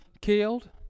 killed